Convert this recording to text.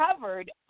covered